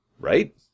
Right